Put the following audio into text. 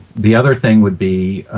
the other thing would be